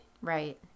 Right